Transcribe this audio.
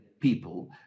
people